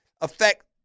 affect